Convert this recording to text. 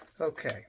Okay